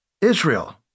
Israel